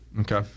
Okay